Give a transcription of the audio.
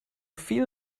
viel